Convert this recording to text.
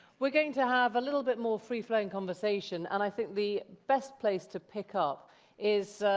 we're going to have a little bit more free-flowing conversation, and i think the best place to pick up is